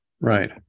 Right